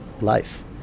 life